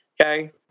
Okay